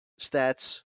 stats